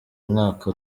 umwaka